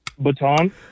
Baton